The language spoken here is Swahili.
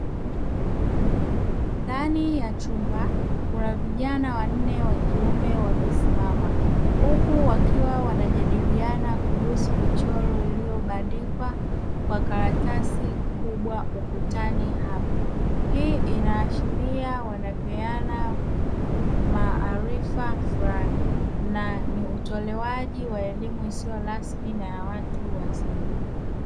Ndani ya chumba kuna vijana wanne wa kiume wamesimama huku wakiwa wanajadiliana kuhusu michoro iliyobandikwa kwa karatasi kubwa ukutani hapo, hii inashiria wanapeana maarifa fulani na ni utolewaji wa elimu isiyo rasmi na ya watu wazima.